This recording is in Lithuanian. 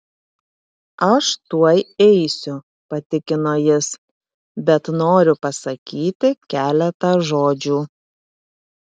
aš tuoj eisiu patikino jis bet noriu pasakyti keletą žodžių